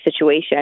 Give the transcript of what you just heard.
situation